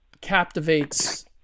captivates